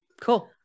cool